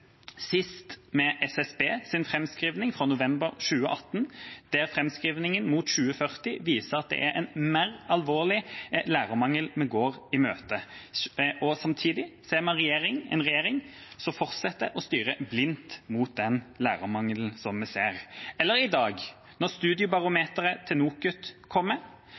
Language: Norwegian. sist med SSBs framskriving fra november 2018, der framskrivingen mot 2040 viser at det er en mer alvorlig lærermangel vi går i møte, og samtidig ser vi en regjering som fortsetter å styre blindt mot den lærermangelen som vi ser, eller som i dag, da Studiebarometeret til NOKUT